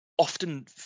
Often